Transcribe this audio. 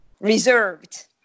reserved